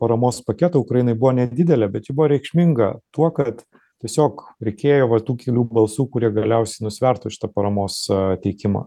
paramos paketą ukrainai buvo nedidelė bet ji buvo reikšminga tuo kad tiesiog reikėjo va tų kelių balsų kurie galiausiai nusvertų šitą paramos teikimą